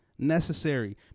necessary